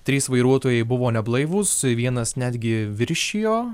trys vairuotojai buvo neblaivūs vienas netgi viršijo